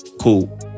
cool